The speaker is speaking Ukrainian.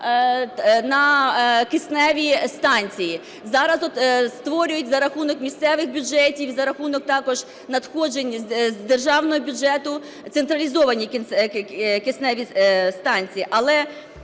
на кисневі станції, зараз створюють за рахунок місцевих бюджетів, за рахунок також надходжень з державного бюджету централізовані кисневі станції.